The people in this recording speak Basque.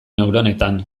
neuronetan